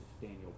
Daniel